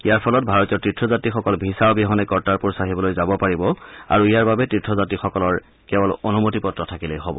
ইয়াৰ ফলত ভাৰতীয় তীৰ্থযাত্ৰীসকল ভিছা অবিহনে কৰ্টাৰপুৰ ছাহিবলৈ যাব পাৰিব আৰু ইয়াৰ বাবে তীৰ্থযাত্ৰীসকলৰ কেৱল অনুমতি পত্ৰ থাকিলেই হব